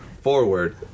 forward